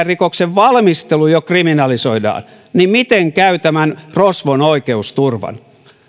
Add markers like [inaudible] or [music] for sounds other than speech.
[unintelligible] rikoksen valmistelu jo kriminalisoidaan niin miten käy tämän rosvon oikeusturvan